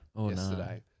yesterday